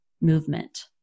movement